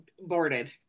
boarded